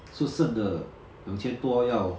so 剩的两千多要